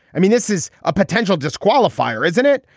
i mean, this is a potential disqualifier, isn't it,